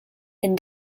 and